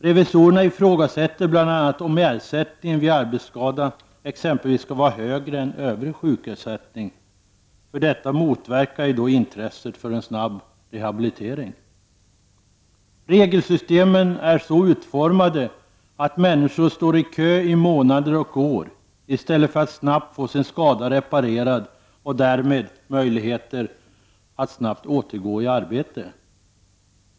Revisorerna ifrågasätter bl.a. om ersättningen vid arbetsskada skall vara högre än övrig sjukersättning. Detta motverkar ju intresset för en snabb rehabilitering. Regelsystemen är så utformade att människor står i kö i månader och år i stället för att snabbt få sin skada reparerad och därmed möjligheter att snabbt återgå i arbete.